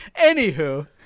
Anywho